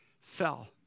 fell